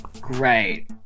Great